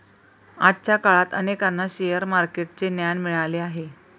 आजच्या काळात अनेकांना शेअर मार्केटचे ज्ञान मिळाले आहे